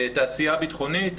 תעשייה ביטחונית,